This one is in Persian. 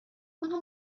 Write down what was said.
آنها